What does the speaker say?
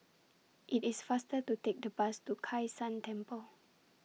IT IS faster to Take The Bus to Kai San Temple